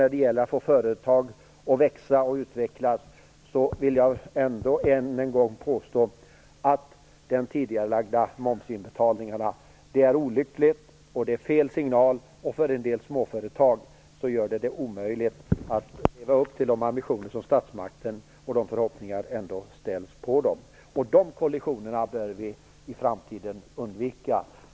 När det gäller att få företag att utvecklas och växa vill jag påstå att den tidigareladga momsinbetalningen är olycklig, och det är fel signal. För en del småföretag gör de det omöjligt att leva upp till ambitionerna och de förhoppningar som ställs till dem. Sådana kollisioner bör vi i framtiden undvika.